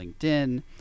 LinkedIn